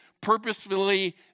purposefully